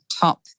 top